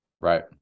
Right